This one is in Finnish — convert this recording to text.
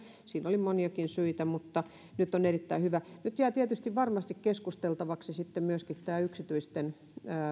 tehdä siinä oli moniakin syitä mutta nyt tämä on erittäin hyvä nyt jää tietysti varmasti keskusteltavaksi myöskin tämä yksityisten